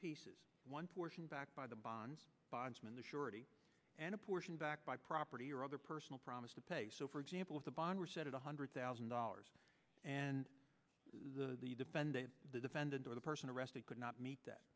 pieces one portion backed by the bonds bondsman the surety and a portion back by property or other personal promise to pay so for example if the bond were set at one hundred thousand dollars and the defendant the defendant or the person arrested could not meet that